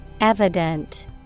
Evident